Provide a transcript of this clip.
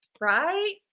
right